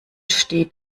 steht